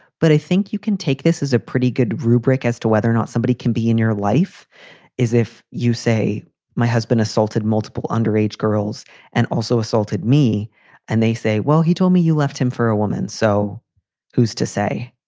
but i think you can take this is a pretty good rubric as to whether or not somebody can be in your life is if you say my husband assaulted multiple underage girls and also assaulted me and they say, well, he told me you left him for a woman. so who's to say?